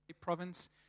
province